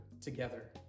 together